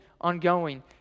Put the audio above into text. ongoing